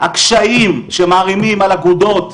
הקשיים שמערימים על אגודות,